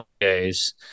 days